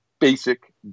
basic